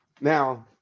Now